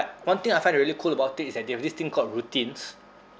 one thing I find really cool about it is that they have this thing called routines